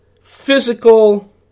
physical